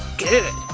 good,